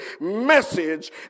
message